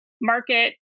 market